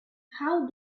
how